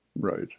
Right